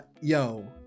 yo